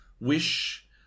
wish